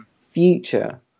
future